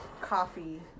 coffee